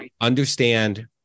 Understand